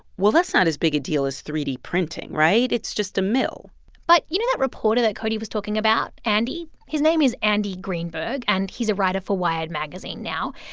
well, that's not as big a deal as three d printing, right? it's just a mill but you know that reporter that cody was talking about, andy? his name is andy greenberg, and he's a writer for wired magazine now.